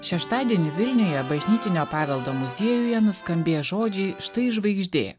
šeštadienį vilniuje bažnytinio paveldo muziejuje nuskambė žodžiai štai žvaigždė